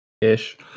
Ish